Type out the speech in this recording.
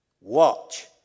Watch